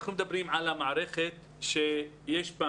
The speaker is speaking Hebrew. אנחנו מדברים על המערכת שיש בה